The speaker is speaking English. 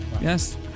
Yes